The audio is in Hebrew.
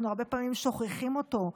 אנחנו הרבה פעמים שוכחים אותו.